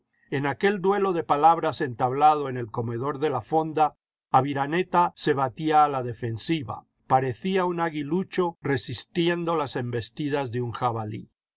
en aquel duelo de palabras entablado en el comedor de la fonda aviraneta se batía a la defensiva parecía un aguilucho resistiendo las embestidas de un jabalí